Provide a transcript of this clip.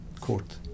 court